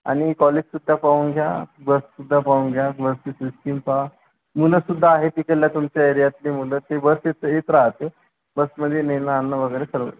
आणि कॉलेजसुद्धा पाहून घ्या बससुद्धा पाहून घ्या बसची सिस्टिम पहा मुलंसुद्धा आहेत तिकडल्या तुमच्या एरियातील मुलं ती बस तिथे येत राहते बस म्हणजे नेणं आणणं वगैरे सर्व